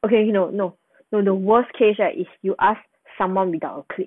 okay okay no no no no worst case right if you ask someone without a click